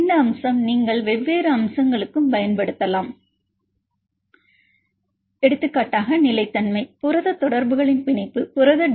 இந்த அம்சம் நீங்கள் வெவ்வேறு அம்சங்களுக்கு பயன்படுத்தலாம் எடுத்துக்காட்டாக நிலைத்தன்மை புரத தொடர்புகளின் பிணைப்பு புரத டி